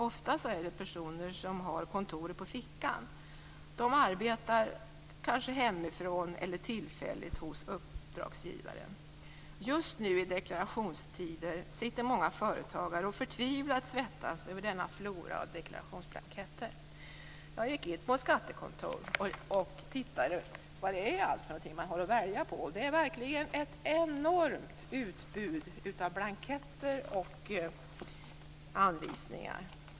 Ofta är det personer som har kontoret på fickan. De arbetar kanske hemifrån, eller tillfälligt hos uppdragsgivaren. Just nu, i deklarationstider, sitter många företagare och svettas förtvivlat över denna flora av deklarationsblanketter. Jag gick in på ett skattekontor och tittade på vad man har att välja på. Det är verkligen ett enormt utbud av blanketter och anvisningar.